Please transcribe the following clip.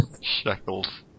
Shekels